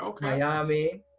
Miami